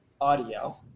audio